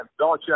Belichick